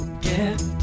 Get